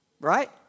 Right